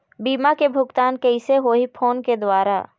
बीमा के भुगतान कइसे होही फ़ोन के द्वारा?